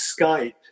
Skype